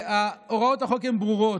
הוראות החוק הן ברורות.